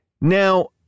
Now